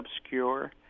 obscure